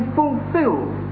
fulfilled